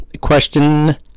question